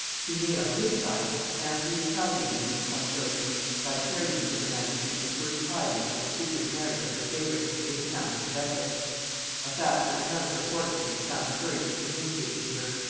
simier on his side amply retaliated these hostilities by carrying to her majesty the first tidings of the secret marriage of her favorite with the countess of essex a fact which none of her courtiers had found courage to communicate to her,